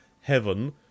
Heaven